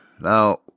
now